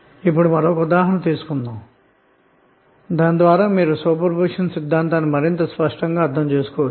ఇప్పుడు మరొక ఉదాహరణ ద్వారా సూపర్ పొజిషన్ సిద్ధాంతాన్ని ఇంకా స్పష్టంగా అర్థం చేసుకొందాము